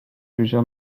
józia